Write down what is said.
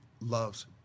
loves